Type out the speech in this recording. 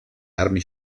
army